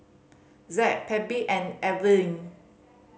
Zack Phebe and Elwin